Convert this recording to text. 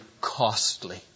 costly